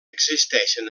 existeixen